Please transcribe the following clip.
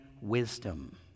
wisdom